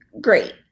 great